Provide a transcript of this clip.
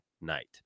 night